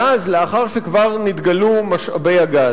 גז לאחר שכבר נתגלו משאבי הגז?